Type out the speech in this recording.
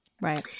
Right